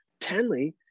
tenley